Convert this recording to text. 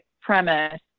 premise